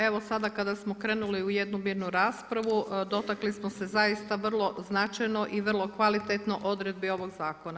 Evo sada kada smo krenuli u jednu mirnu raspravu dotakli smo se zaista vrlo značajno i vrlo kvalitetno odredbi ovog zakona.